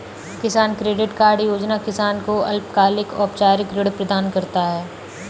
किसान credit card योजना किसान को अल्पकालिक औपचारिक ऋण प्रदान करता है